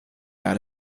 out